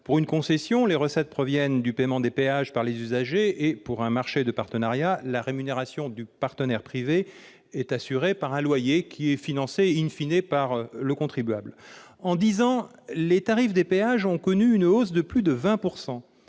Pour une concession, les recettes proviennent du paiement des péages par les usagers. Pour un marché de partenariat, la rémunération du partenaire privé est assurée par un loyer financé par le contribuable. En dix ans, les tarifs des péages ont connu une hausse de plus de 20